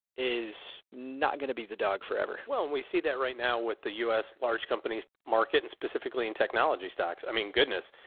is not going to be the dog forever. well, and we see that right now with the u s large companies market and specifically in technology stocks. i mean, goodness,